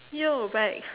yo back